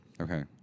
Okay